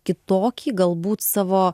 kitokį galbūt savo